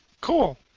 cool